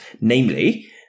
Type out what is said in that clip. namely